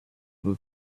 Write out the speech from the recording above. who